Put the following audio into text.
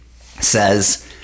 says